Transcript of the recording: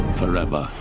forever